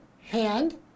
Hand